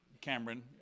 Cameron